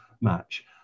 match